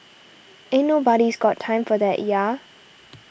ain't nobody's got time for that ya